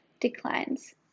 Declines